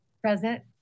Present